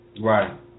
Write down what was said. Right